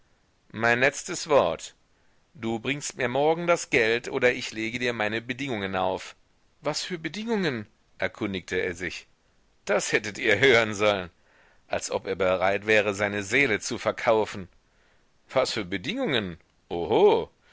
mein letztes wort du bringst mir morgen das geld oder ich lege dir meine bedingungen auf was für bedingungen erkundigte er sich das hättet ihr hören sollen als ob er bereit wäre seine seele zu verkaufen was für bedingungen